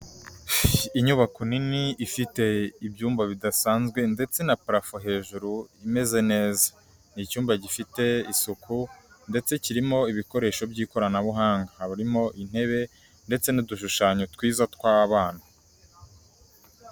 Inyubako nini ifite ibyumba bidasanzwe ndetse na parafo hejuru imeze neza, ni icyumba gifite isuku ndetse kirimo ibikoresho by'ikoranabuhanga, harimo intebe ndetse n'udushushanyo twiza tw'abana.